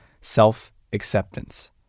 self-acceptance